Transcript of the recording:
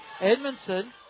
edmondson